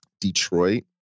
Detroit